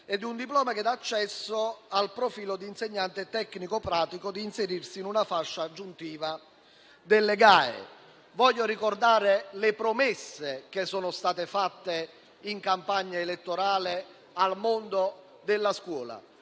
o di un diploma che dà accesso al profilo di insegnante tecnico-pratico, di inserirsi una fascia aggiuntiva delle GAE. Voglio ricordare le promesse fatte in campagna elettorale al mondo della scuola: